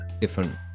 different